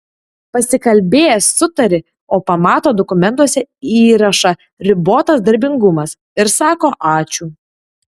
pasikalbėjęs sutari o pamato dokumentuose įrašą ribotas darbingumas ir sako ačiū